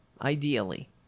ideally